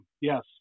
yes